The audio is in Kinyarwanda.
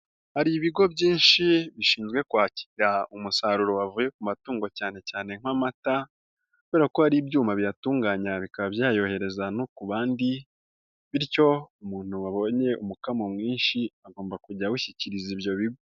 Hari ibigo byinshi bishinzwe kwakira umusaruro wavuye ku matungo cyane cyane nk'amata kubera ko hari ibyuma biyatunganya bikaba byayohereza no ku bandi bityo umuntu wabonye umukamo mwinshi agomba kujya awushyikiriza ibyo bigo.